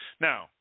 Now